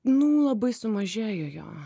nu labai sumažėjo jo